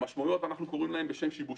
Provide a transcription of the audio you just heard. למשמעויות אנחנו קוראים בשם שיבושים.